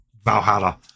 Valhalla